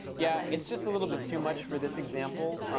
yeah, it's just a little bit too much for this example.